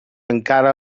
encara